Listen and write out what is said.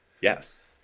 Yes